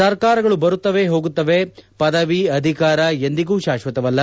ಸರ್ಕಾರಗಳು ಬರುತ್ತವೆ ಹೋಗುತ್ತವೆ ಪದವಿ ಅಧಿಕಾರ ಎಂದಿಗೂ ಶಾಕ್ವತವಲ್ಲ